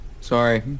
Sorry